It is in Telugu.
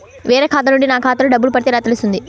వేరే ఖాతా నుండి నా ఖాతాలో డబ్బులు పడితే ఎలా తెలుస్తుంది?